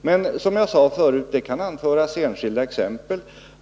Men, som jag sade förut, det kan anföras enskilda exempel.